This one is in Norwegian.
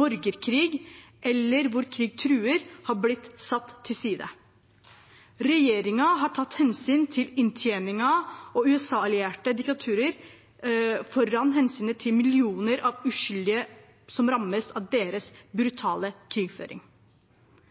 borgerkrig eller hvor krig truer, er blitt satt til side. Regjeringen har satt hensynet til inntjening og USA-allierte diktaturer foran hensynet til millioner av uskyldige som rammes av deres brutale krigføring.